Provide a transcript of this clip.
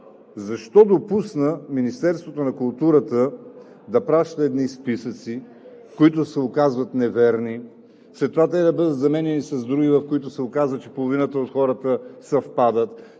защо допусна Министерството на културата да праща едни списъци, които се оказват неверни, след това да бъдат заменяни с други, в които се оказа, че половината от хората съвпадат,